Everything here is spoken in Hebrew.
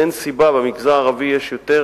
אין סיבה, במגזר הערבי יש יותר